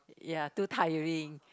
ya too tiring